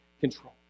control